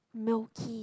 milky